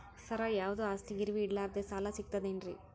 ಸರ, ಯಾವುದು ಆಸ್ತಿ ಗಿರವಿ ಇಡಲಾರದೆ ಸಾಲಾ ಸಿಗ್ತದೇನ್ರಿ?